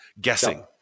guessing